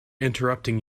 interrupting